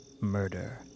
murder